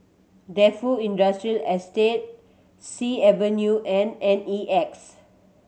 Defu Industrial Estate Sea Avenue and N E X